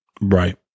Right